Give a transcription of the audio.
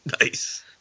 Nice